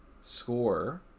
score